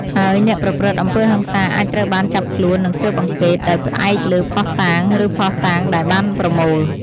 ហើយអ្នកប្រព្រឹត្តអំពើហិង្សាអាចត្រូវបានចាប់ខ្លួន និងស៊ើបអង្កេត: ដោយផ្អែកលើភស្ដុតាង ឬភស្តុតាងដែលបានប្រមូល។